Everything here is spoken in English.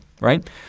right